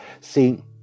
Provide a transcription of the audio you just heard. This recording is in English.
see